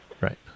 Right